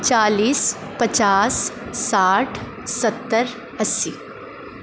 چالیس پچاس ساٹھ ستّر اسّی